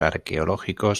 arqueológicos